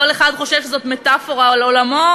כל אחד חושב שזאת מטפורה על עולמו,